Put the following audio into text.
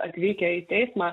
atvykę į teismą